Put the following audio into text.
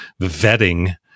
vetting